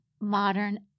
modern